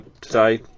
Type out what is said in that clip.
today